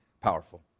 powerful